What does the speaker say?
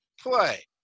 Play